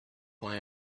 why